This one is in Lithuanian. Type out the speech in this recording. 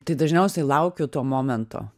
tai dažniausiai laukiu to momento